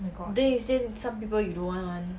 then you say some people you don't want [one]